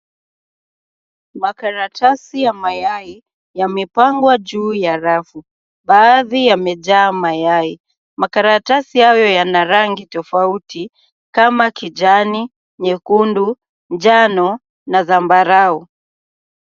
Makaratasi ya mayai yamepangwa juu ya rafu. Baadhi yamejaa mayai. Makaratasi hayo yana rangi tofauti kama kijani, nyekundu, njano na zambarau.